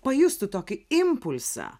pajustų tokį impulsą